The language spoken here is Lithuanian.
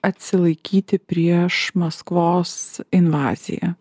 atsilaikyti prieš maskvos invaziją